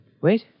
Wait